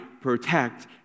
protect